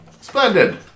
Splendid